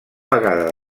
vegada